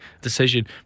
decision